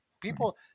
People